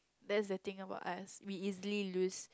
that's the thing about us we easily lose